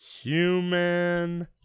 Human